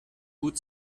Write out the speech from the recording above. gut